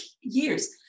years